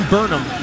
Burnham